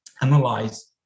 analyze